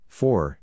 four